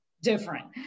different